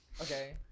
Okay